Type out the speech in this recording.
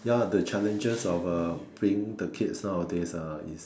ya the challenges of uh being the kids nowadays ah is